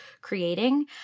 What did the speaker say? creating